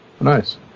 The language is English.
Nice